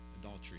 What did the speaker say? adultery